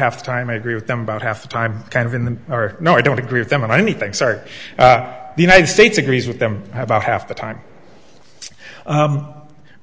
half the time i agree with them about half the time kind of in the are no i don't agree with them and i me thinks are the united states agrees with them about half the time